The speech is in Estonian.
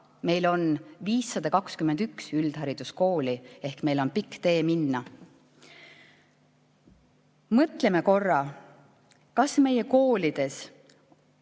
meil on 521 üldhariduskooli ehk meil on pikk tee minna. Mõtleme korra, kas meie koolides